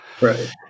Right